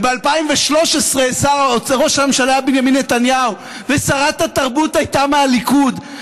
וב-2013 ראש הממשלה היה בנימין נתניהו ושרת התרבות הייתה מהליכוד,